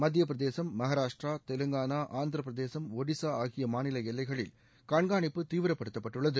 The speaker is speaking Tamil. மத்திய பிரதேசம் மகாராஷ்ட்ரா தெலுங்காளா ஆந்திரப்பிரதேசம் ஒடிசா ஆகிய மாநில எல்லைகளில் கண்காணிப்பு தீவிரப்படுத்தப்பட்டுள்ளது